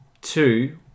Two